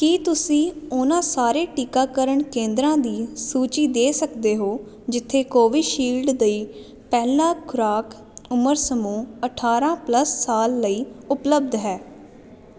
ਕੀ ਤੁਸੀਂ ਉਹਨਾਂ ਸਾਰੇ ਟੀਕਾਕਰਨ ਕੇਂਦਰਾਂ ਦੀ ਸੂਚੀ ਦੇ ਸਕਦੇ ਹੋ ਜਿੱਥੇ ਕੋਵਿਸ਼ਿਲਡ ਦੀ ਪਹਿਲੀ ਖੁਰਾਕ ਉਮਰ ਸਮੂਹ ਅਠਾਰ੍ਹਾਂ ਪਲੱਸ ਲਈ ਉਪਲੱਬਧ ਹੈ